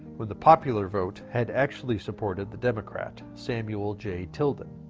when the popular vote had actually supported the democrat samuel j. tilden.